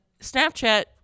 Snapchat